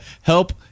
help